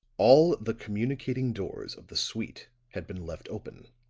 all the communicating doors of the suite had been left open